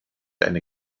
eine